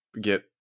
Get